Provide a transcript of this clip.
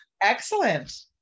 Excellent